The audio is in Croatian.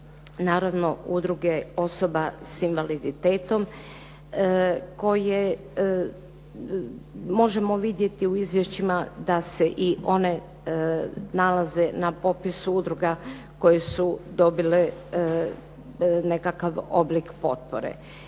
naravno udruge osoba s invaliditetom koje možemo vidjeti u izvješćima da se i one nalaze na popisu udruga koje su dobile nekakav oblik potpore.